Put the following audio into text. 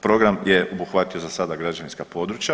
Program je obuhvatio za sada građevinska područja.